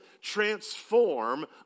transform